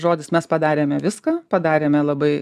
žodis mes padarėme viską padarėme labai